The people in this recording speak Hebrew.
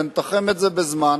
ונתחם את זה בזמן,